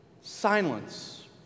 Silence